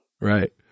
Right